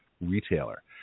retailer